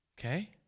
Okay